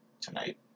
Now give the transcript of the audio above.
tonight